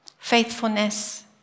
Faithfulness